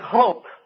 hope